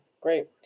Great